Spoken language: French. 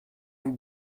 vous